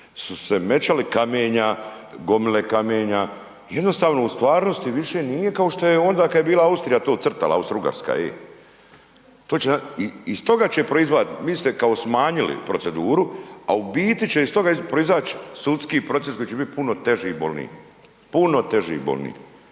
su se mećali kamenja, gomile kamenja, jednostavno u stvarnosti više nije kao što je onda kad je bila Austrija to crta, Austro-Ugarska ej, to će, iz toga će .../Govornik se ne razumije./..., vi ste kao smanjili proceduru, a u biti će iz toga proizać sudski proces koji će biti puno teži i bolniji, puno teži i bolniji.